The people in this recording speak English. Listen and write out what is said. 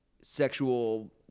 sexual